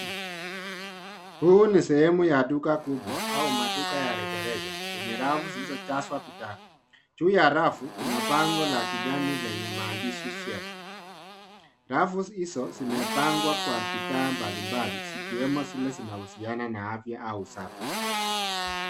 Huu ni sehemu ya duka kubwa au maduka ya rejareja, yenye rafu zilizojazaa bidaa. Juu ya rafu Kuna bango kijani la maandishi shield lllenye maandishi .Rafu hizo zimepangwa kwa bidaa mbalimbali zimewemo zile zinahusiana na afya au usafi.